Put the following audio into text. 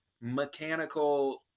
mechanical